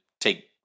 take